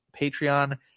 Patreon